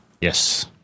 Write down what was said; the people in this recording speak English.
Yes